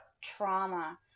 trauma